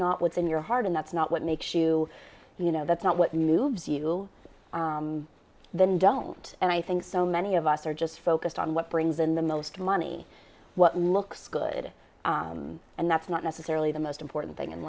not what's in your heart and that's not what makes you you know that's not what moves you then don't and i think so many of us are just focused on what brings in the most money what looks good and that's not necessarily the most important thing in